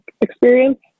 experience